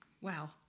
Wow